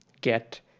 get